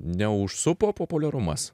neužsupo populiarumas